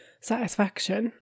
satisfaction